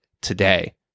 today